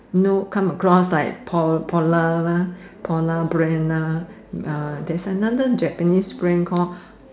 no come across like po~ polar lah polar brand lah there is another Japanese brand call